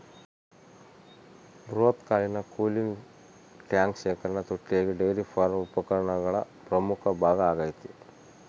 ಬೃಹತ್ ಹಾಲಿನ cooling tank ಶೇಖರಣಾ ತೊಟ್ಟಿಯಾಗಿ ಡೈರಿ ಫಾರ್ಮ್ ಉಪಕರಣಗಳ ಪ್ರಮುಖ ಭಾಗ ಆಗೈತೆ